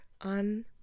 on